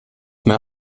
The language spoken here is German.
mehr